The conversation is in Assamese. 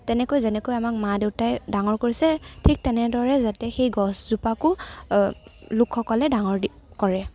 তেনেকৈ যেনেকৈ আমাক মা দেউতাই ডাঙৰ কৰিছে ঠিক তেনেদৰে যাতে সেই গছজোপাকো লোকসকলে ডাঙৰ দীঘল কৰে